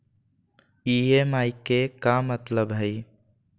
EMI के का मतलब हई?